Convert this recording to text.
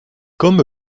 comme